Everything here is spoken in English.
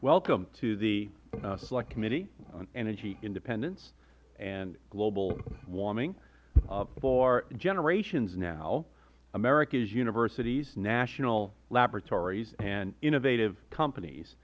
welcome to the select committee on energy independence and global warming for generations now america's universities national laboratories and innovative companies